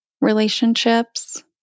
relationships